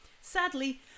Sadly